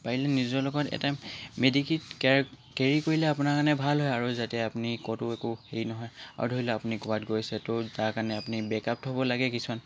পাৰিলে নিজৰ লগত এটা মেডি কিট কেয়াৰ কেৰি কৰিলে আপোনাৰ কাৰণে ভাল হয় আৰু যাতে আপুনি ক'তো একো সেই নহয় আৰু ধৰি লওক আপুনি ক'ৰবাত গৈছে ত' তাৰ কাৰণে আপুনি বেক আপ থ'ব লাগে কিছুমান